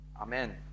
Amen